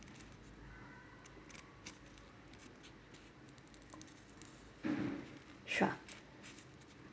sure